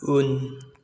उन